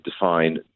define